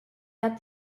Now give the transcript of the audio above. that